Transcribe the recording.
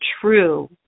true